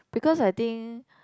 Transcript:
because I think